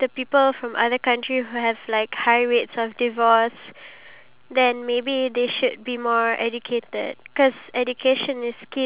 me I'll be like um can you give me for ten dollars and then they'll be like no cannot because it's the last price then I'll probably be like